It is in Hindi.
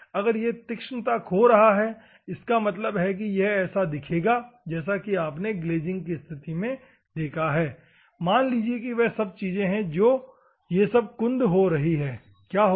अगर यह तीक्ष्णता खो रहा है इसका मतलब है कि यह ऐसा दिखेगा जैसा कि आपने ग्लेज़िंग की स्थिति में देखा है मान लीजिए कि ये वो सब चीजें हैं और ये सब कुंद हो रही हैं क्या होगा